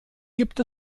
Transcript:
gibt